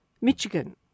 Michigan